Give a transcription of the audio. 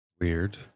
weird